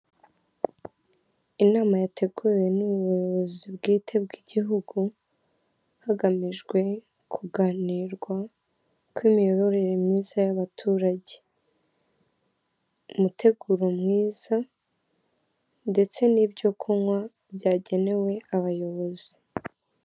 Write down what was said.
Inama yateguwe n'ubuyobozi bwite bw'igihugu, hagamijwe kuganirwa ku miyoborere myiza y'abaturage, umuteguro mwiza ndetse n'ibyo kunywa byagenewe abayobozi.